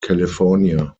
california